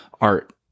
art